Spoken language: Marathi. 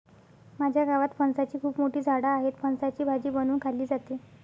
माझ्या गावात फणसाची खूप मोठी झाडं आहेत, फणसाची भाजी बनवून खाल्ली जाते